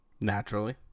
Naturally